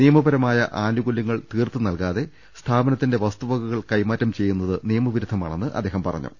നിയമപരമായ ആനുകൂല്യങ്ങൾ തീർത്തു നൽകാതെ സ്ഥാപ നത്തിന്റെ വസ്തുവകകൾ കൈമാറ്റം ചെയ്യുന്നത് നിയുമുപിരുദ്ധമാ ണെന്ന് അദ്ദേഹം പറഞ്ഞു